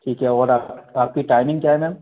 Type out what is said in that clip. ठीक है और आप आपकी टाइमिंग क्या है मैम